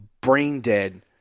brain-dead